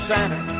Santa